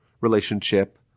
relationship